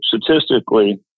statistically